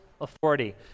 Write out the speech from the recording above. authority